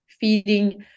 feeding